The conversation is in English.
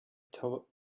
toward